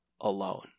alone